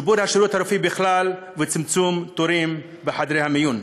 שיפור השירות הרפואי בכלל וצמצום תורים בחדרי המיון.